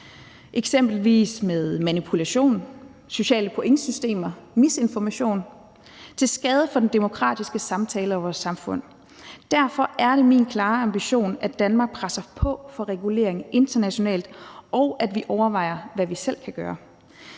eksempelvis manipulation, sociale pointsystemer og misinformation til skade for den demokratiske samtale og vores samfund. Derfor er det min klare ambition, at Danmark skal presse på for regulering internationalt, og at vi overvejer, hvad vi selv kan gøre.